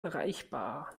erreichbar